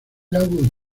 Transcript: laúd